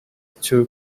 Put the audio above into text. two